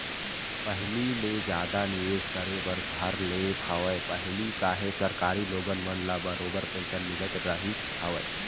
पहिली ले जादा निवेश करे बर धर ले हवय पहिली काहे सरकारी लोगन मन ल बरोबर पेंशन मिलत रहिस हवय